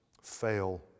fail